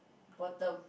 bottom